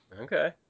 Okay